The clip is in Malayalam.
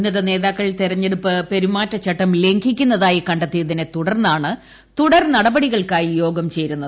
ഉന്നത നേതാക്കൾ തെരഞ്ഞെടുപ്പ് പെരുമാറ്റച്ചട്ടം ലംഘിക്കുന്നതായി കണ്ടെത്തിയതിനെ തുടർന്നാണ് തുടർ നടപടികൾക്കായി യോഗം ചേരുന്നത്